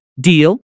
deal